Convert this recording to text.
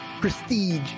prestige